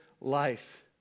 life